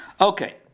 Okay